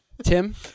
Tim